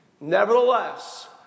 Nevertheless